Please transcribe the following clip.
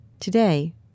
Today